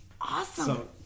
Awesome